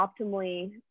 optimally